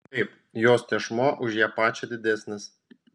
taip jos tešmuo už ją pačią didesnis